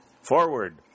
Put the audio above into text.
Forward